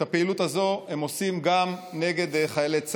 את הפעילות הזאת הם עושים גם נגד חיילי צה"ל.